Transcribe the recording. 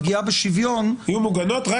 פגיעה בשוויון --- יהיו מוגנות רק